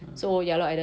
mm